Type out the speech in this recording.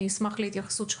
אני אשמח להתייחסות שלך.